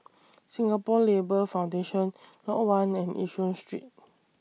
Singapore Labour Foundation Lot one and Yishun Street